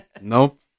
Nope